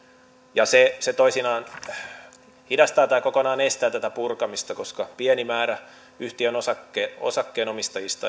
ja se se toisinaan hidastaa tätä purkamista tai kokonaan estää sen koska pieni määrä yhtiön osakkeenomistajista